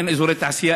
אין אזורי תעשייה,